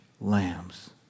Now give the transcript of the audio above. lambs